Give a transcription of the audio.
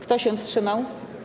Kto się wstrzymał?